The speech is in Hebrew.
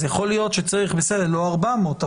אז לא 400,